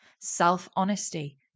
Self-honesty